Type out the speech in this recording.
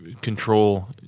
control